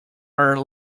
are